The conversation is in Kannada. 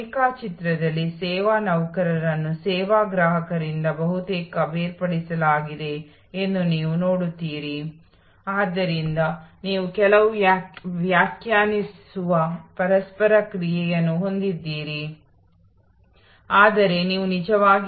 ಸಿಬ್ಬಂದಿ ನಿಯೋಜನೆ ಉದ್ಯೋಗದ ಗಾತ್ರ ಸೌಲಭ್ಯದ ಸ್ಥಳ ಸೌಲಭ್ಯಗಳಿಗಾಗಿ ಮೂಲಸೌಕರ್ಯಗಳಂತಹ ಆಳವಾದ ಕಾರ್ಯಾಚರಣೆಯ ಸಮಸ್ಯೆಗಳಂತೆ ಹೊಸ ಸೇವಾ ರಚನೆ ಒಳಗೊಂಡಿದೆ